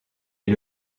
est